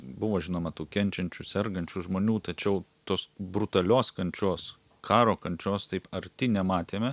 buvo žinoma tų kenčiančių sergančių žmonių tačiau tos brutalios kančios karo kančios taip arti nematėme